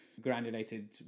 granulated